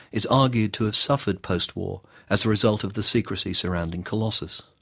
is argued to have suffered post-war as a result of the secrecy surrounding colossus.